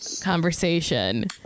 conversation